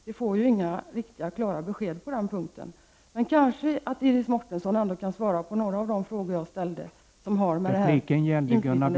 Vi får inga klara besked på den här punkten. Kanske kan Iris Mårtensson ändå svara på några av de frågor som jag ställde.